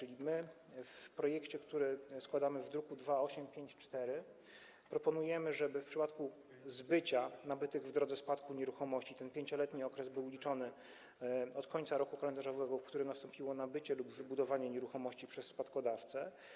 A więc w projekcie, który składamy, zawartym w druku nr 2854, proponujemy, żeby w przypadku zbycia nabytych w drodze spadku nieruchomości ten 5-letni okres był liczony od końca roku kalendarzowego, w którym nastąpiło nabycie lub wybudowanie nieruchomości przez spadkodawcę.